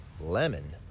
lemon